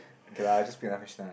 okay lah I just